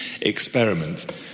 experiment